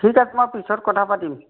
ঠিক আছে মই পিছত কথা পাতিম